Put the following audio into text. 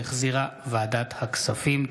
שהחזירה ועדת הכספים.